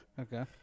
Okay